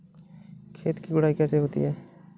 खेत की गुड़ाई कैसे होती हैं?